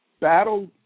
battle